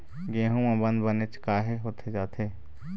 गेहूं म बंद बनेच काहे होथे जाथे?